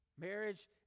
Marriage